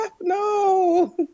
no